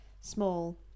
small